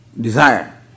desire